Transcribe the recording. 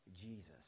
Jesus